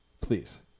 Please